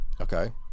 Okay